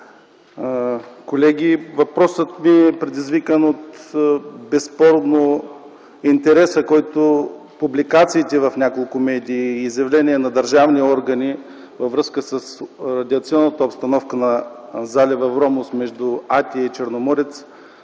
колеги! Въпросът ми е предизвикан безспорно от интереса към публикациите в няколко медии и изявления на държавни органи във връзка с радиационната обстановка на залива Вромос, между Атия и Черноморец,